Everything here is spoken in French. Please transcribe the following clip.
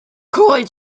corée